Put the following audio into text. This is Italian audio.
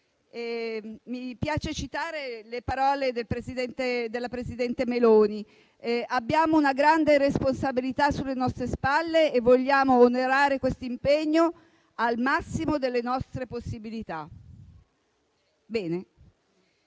Mi piace citare le parole della presidente Meloni: abbiamo una grande responsabilità sulle nostre spalle e vogliamo onorare questo impegno al massimo delle nostre possibilità. Siamo